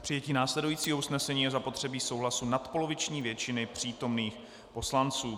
K přijetí následujícího usnesení je zapotřebí souhlasu nadpoloviční většiny přítomných poslanců.